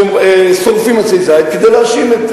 כשהם שורפים עצי זית כדי להאשים את